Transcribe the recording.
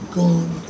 gone